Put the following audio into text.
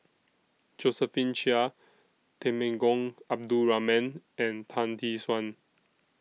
Josephine Chia Temenggong Abdul Rahman and Tan Tee Suan